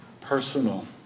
personal